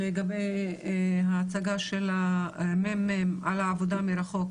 לגבי ההצגה של הממ"מ על העבודה מרחוק.